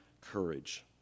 courage